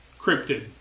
cryptid